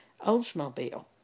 Oldsmobile